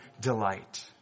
delight